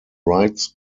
rights